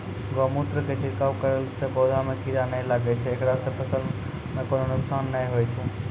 गोमुत्र के छिड़काव करला से पौधा मे कीड़ा नैय लागै छै ऐकरा से फसल मे कोनो नुकसान नैय होय छै?